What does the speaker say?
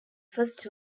first